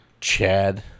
Chad